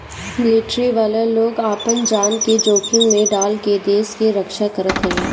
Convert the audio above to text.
military वाला लोग आपन जान के जोखिम में डाल के देस के रक्षा करत हवे